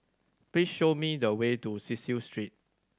please show me the way to Cecil Street